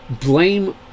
blame